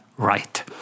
Right